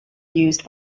used